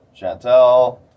Chantel